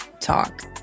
talk